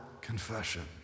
confession